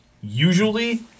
Usually